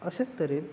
अशें तरेन